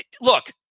look